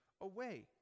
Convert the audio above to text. away